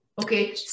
Okay